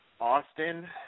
Austin